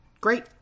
Great